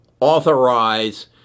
authorize